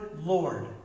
Lord